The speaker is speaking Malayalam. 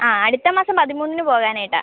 ആ അടുത്ത മാസം പതിമൂന്നിന് പോകാൻ ആയിട്ടാണ്